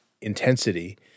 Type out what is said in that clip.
intensity